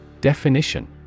Definition